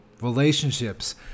relationships